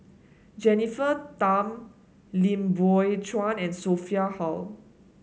Jennifer Tham Lim Biow Chuan and Sophia Hull